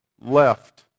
left